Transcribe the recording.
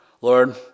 Lord